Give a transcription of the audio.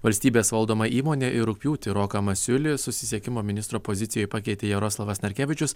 valstybės valdoma įmonė ir rugpjūtį roką masiulį susisiekimo ministro pozicijoj pakeitė jaroslavas narkevičius